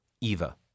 Eva